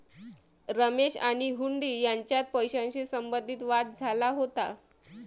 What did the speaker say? रमेश आणि हुंडी यांच्यात पैशाशी संबंधित वाद झाला होता